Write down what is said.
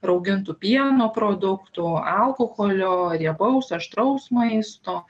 raugintų pieno produktų alkoholio riebaus aštraus maisto